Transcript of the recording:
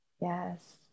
yes